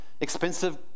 expensive